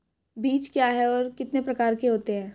बीज क्या है और कितने प्रकार के होते हैं?